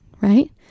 right